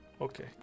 okay